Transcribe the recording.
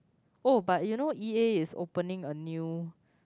oh but you know E_A is opening a new